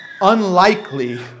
unlikely